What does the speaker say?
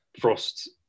Frost